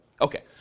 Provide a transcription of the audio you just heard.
Okay